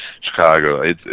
Chicago